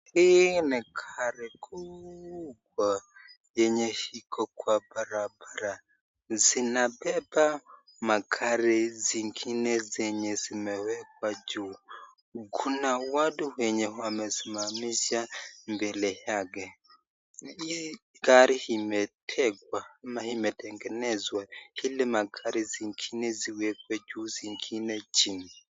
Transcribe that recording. Hii ni gari kubwa yenye iko kwa barabara zinabeba magari zingine zenye zimewekwa juu. Kuna watu wenye wamesimamisha mbele yake. Hii gari imetegwa ama imetengenezwa ili magari zingine ziwekwe juu na zingine chini.